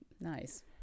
nice